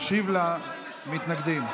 ישיב למתנגדים.